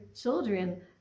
children